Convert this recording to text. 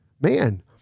man